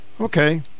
okay